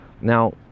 now